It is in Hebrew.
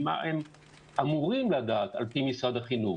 מה הם אמורים לדעת על-פי משרד החינוך.